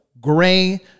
gray